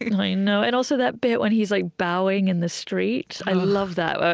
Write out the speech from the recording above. and i and know. and also, that bit when he's like bowing in the street i love that